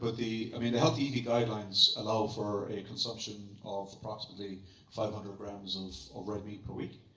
but the i mean the healthy eating guidelines allow for a consumption of approximately five hundred grams of of red meat per week.